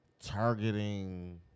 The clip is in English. Targeting